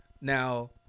Now